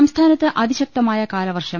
M സംസ്ഥാനത്ത് അതിശക്തമായ കാലവർഷം